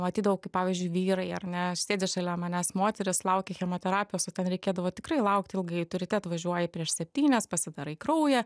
matydavau kaip pavyzdžiui vyrai ar ne sėdi šalia manęs moteris laukia chemoterapijos o ten reikėdavo tikrai laukti ilgai tu ryte atvažiuoji prieš septynias pasidarai kraują